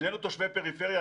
שנינו תושבי פריפריה,